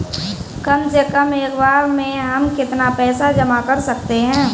कम से कम एक बार में हम कितना पैसा जमा कर सकते हैं?